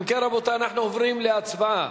אם כן, רבותי, אנחנו עוברים להצבעה.